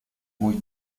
muy